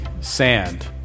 sand